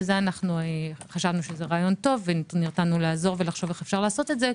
בזהה חשבנו שזה רעיון טוב ונרתמנו לעזור ולחשוב איך לעשות את זה,